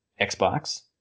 Xbox